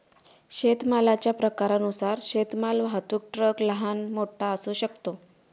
शेतमालाच्या प्रकारानुसार शेतमाल वाहतूक ट्रक लहान, मोठा असू शकतो